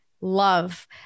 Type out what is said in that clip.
love